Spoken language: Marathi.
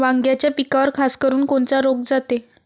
वांग्याच्या पिकावर खासकरुन कोनचा रोग जाते?